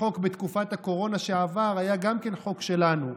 החוק שעבר בתקופת הקורונה היה גם כן חוק שלנו,